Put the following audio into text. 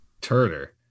Turner